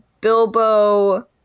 Bilbo